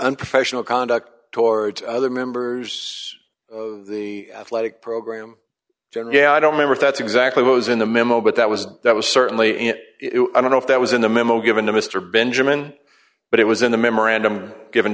unprofessional conduct towards other members of the athletic program and yeah i don't remember if that's exactly what was in the memo but that was that was certainly it i don't know if that was in the memo given to mr benjamin but it was in the memorandum given